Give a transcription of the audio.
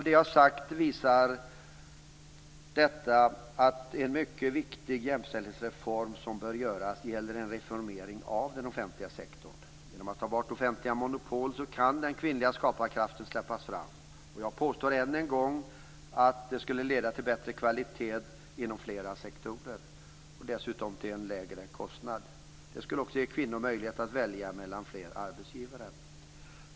Det jag sagt visar att en mycket viktig jämställdhetsreform som bör göras gäller en reformering av den offentliga sektorn. Genom att man får bort de offentliga monopolen kan den kvinnliga skaparkraften släppas fram. Jag påstår än en gång att det skulle leda till bättre kvalitet inom flera sektorer och dessutom till en lägre kostnad. Det skulle också ge kvinnor möjlighet att välja mellan fler arbetsgivare.